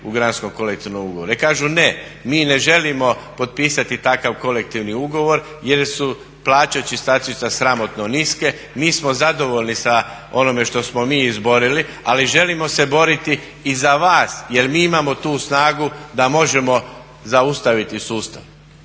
granskom kolektivnom ugovoru. I kažu ne, mi ne želimo potpisati takav kolektivni ugovor jer su plaće čistačica sramotno niske, mi smo zadovoljni sa onime što smo mi izborili, ali želimo se boriti i za vas jer mi imamo tu snagu da možemo zaustaviti sustav.